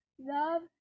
Love